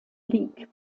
league